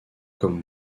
comme